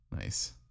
Nice